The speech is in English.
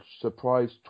surprise